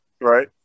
right